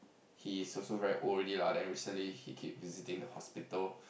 he's also very old already lah then recently he keep visiting the hospital